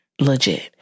legit